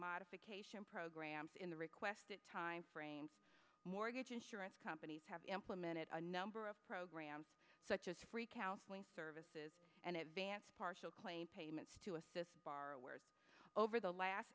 modification programs in the requested timeframe mortgage insurance companies have implemented a number of programs such as free counseling services and advanced partial claim payments to assist borrowers over the last